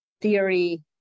theory